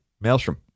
Maelstrom